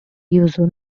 usual